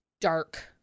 dark